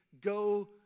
go